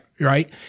Right